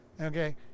Okay